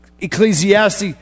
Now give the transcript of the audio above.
Ecclesiastes